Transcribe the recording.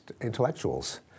intellectuals